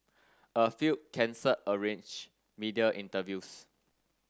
a few cancelled arranged media interviews